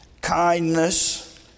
Kindness